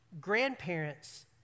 Grandparents